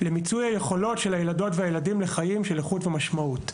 ולמיצוי היכולות של הילדות והילדים לחיים של איכות ומשמעות.